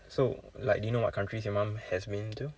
so like do you know what countries you mum has been to